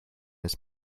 his